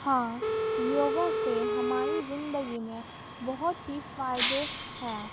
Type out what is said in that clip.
ہاں یوگا سے ہماری زندگی میں بہت ہی فائدے ہیں